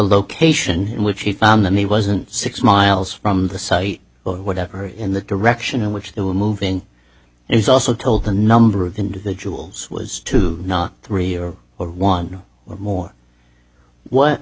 location in which he found that he wasn't six miles from the site or whatever in the direction in which they were moving it was also told the number of individuals was two not three or one or more what